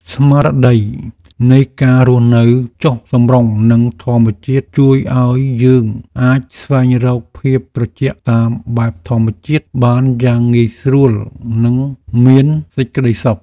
ស្មារតីនៃការរស់នៅចុះសម្រុងនឹងធម្មជាតិជួយឱ្យយើងអាចស្វែងរកភាពត្រជាក់តាមបែបធម្មជាតិបានយ៉ាងងាយស្រួលនិងមានសេចក្តីសុខ។